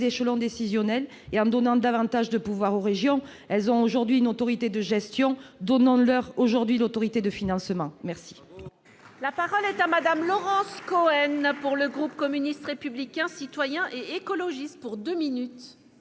échelons décisionnels et en donnant davantage de pouvoirs aux régions. Celles-ci ont aujourd'hui une autorité de gestion. Donnons-leur aussi l'autorité en matière